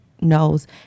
knows